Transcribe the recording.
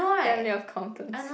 family of accountants